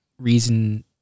reason